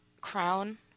crown